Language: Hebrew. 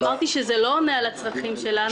לא, זה לא עונה על הצרכים שלנו.